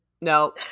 No